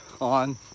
on